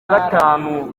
gatanu